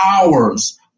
hours